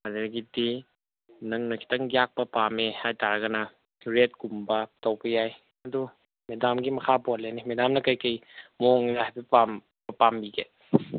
ꯑꯗꯒꯤꯗꯤ ꯅꯪꯅ ꯈꯤꯇꯪ ꯌꯥꯛꯄ ꯄꯥꯝꯃꯦ ꯍꯥꯏꯇꯥꯔꯒꯅ ꯔꯦꯗ ꯀꯨꯝꯕ ꯇꯧꯕ ꯌꯥꯏ ꯑꯗꯨ ꯃꯦꯗꯥꯝꯒꯤ ꯃꯈꯥ ꯄꯣꯜꯂꯦꯅꯦ ꯃꯦꯗꯥꯝꯅ ꯀꯔꯤ ꯀꯔꯤ ꯃꯑꯣꯡꯗꯨ ꯍꯥꯏꯐꯦꯠ ꯄꯥꯝꯕꯤꯒꯦ